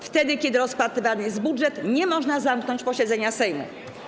Wtedy, kiedy rozpatrywany jest budżet, nie można zamknąć posiedzenia Sejmu.